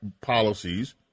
policies